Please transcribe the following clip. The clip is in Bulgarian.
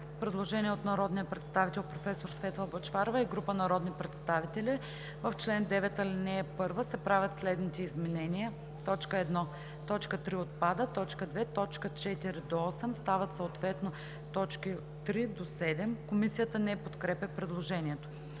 предложение от народния представител професор Светла Бъчварова и група народни представители: „В чл. 9, ал. 1 се правят следните изменения: 1. Точка 3 – отпада. 2. Точка 4 – 8 стават съответно т. 3 – 7.“ Комисията не подкрепя предложението.